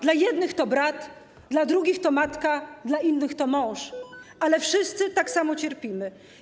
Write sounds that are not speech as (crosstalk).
Dla jednych to brat, dla drugich to matka, dla innych to mąż, (noise) ale wszyscy tak samo cierpimy.